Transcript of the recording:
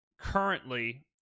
currently